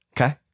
Okay